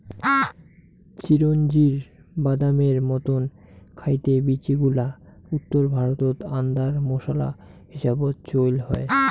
চিরোঞ্জির বাদামের মতন খাইতে বীচিগুলা উত্তর ভারতত আন্দার মোশলা হিসাবত চইল হয়